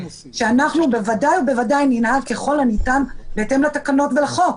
אנחנו בוודאי ובוודאי ננהג ככל הניתן בהתאם לתקנות ולחוק.